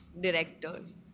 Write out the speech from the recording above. directors